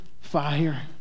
fire